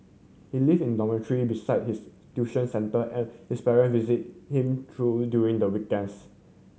he live in dormitory besides his tuition centre and his parent visit him through during the weekends